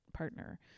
partner